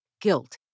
guilt